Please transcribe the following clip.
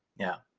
yeah,